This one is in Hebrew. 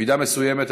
במידה מסוימת,